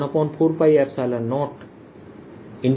dV के रूप में लिख सकता हूं